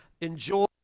enjoy